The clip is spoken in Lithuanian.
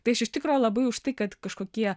tai aš iš tikro labai už tai kad kažkokie